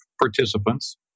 participants